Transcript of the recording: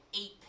eight